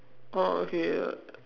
orh okay uh